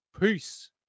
peace